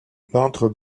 l’entre